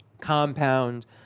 compound